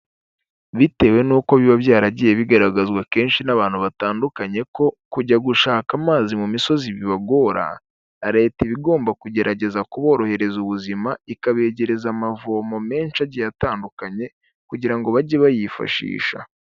Bitewe n'uko biba byaragiye bigaragazwa kenshi n'abantu batandukanye ko kujya gushaka amazi mu misozi bibagora, leta ibagomba kugerageza kuborohereza ubuzima ikabegereza amavomo menshi agiye atandukanye kugira ngo bajye bayifashisha.